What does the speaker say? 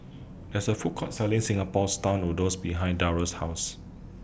There IS A Food Court Selling Singapore Style Noodles behind Darion's House